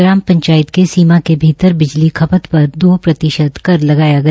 ग्राम पंचायत के सीमा के भीतर बिजली खपत पर दो प्रतिशत कर लगाया गया